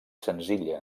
senzilla